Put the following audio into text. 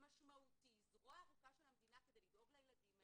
משמעותי שדואג לילדים הללו.